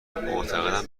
معتقدم